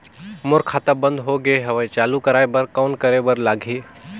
मोर खाता बंद हो गे हवय चालू कराय बर कौन करे बर लगही?